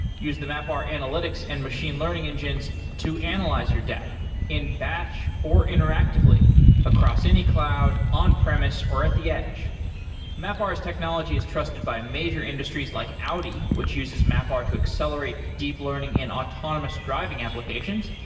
use the mapr analytics and machine learning engines to analyze your data in batch, or interactively across any cloud, on premise, or at the edge mapr's technology is trusted by major industries like audi, which uses mapr to accelerate deep learning in autonomous driving applications.